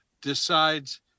decides